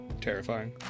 terrifying